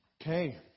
Okay